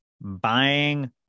buying